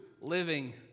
living